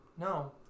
No